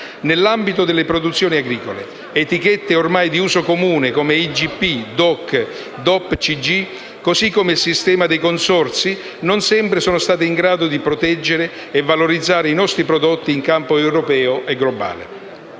nell'ambito delle produzioni agricole. Etichette ormai di uso comune, come IGP, DOC, DOCG, così come il sistema dei consorzi, non sempre sono stati in grado di proteggere e valorizzare i nostri prodotti in campo europeo e globale.